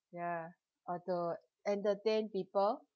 ya or to entertain people